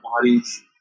bodies